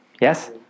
Yes